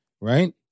Right